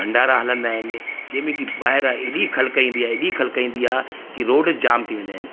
भंडारा हलंदा आहिनि जंहिं में की ॿाहिरां एॾी ख़लक़ ईंदी आहे एॾी ख़लक़ ईंदी आहे की रोड जाम थी वेंदा आहिनि